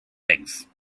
legs